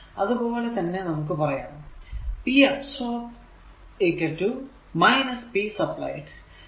അതുപോലെ തന്നെ നമുക്ക് പറയാം p അബ്സോർബ്ഡ് p സപ്പ്ളൈഡ്